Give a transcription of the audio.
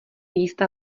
jistá